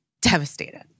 Devastated